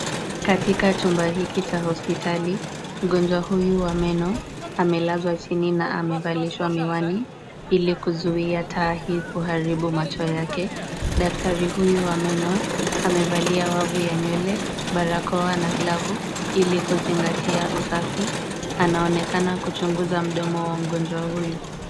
Katika chumba hiki cha hospitali, mgonjwa huyu wa meno amelazwa chini na amevalishwa miwani ili kuzuia taa hii kuharibu macho yake. Daktari huyu wa meno amevalia wavu ya nywele, barakoa na glavu ili kuzingatia usafi, anaonekana kuchunguza mdomo wa mgonjwa huyu.